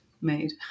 made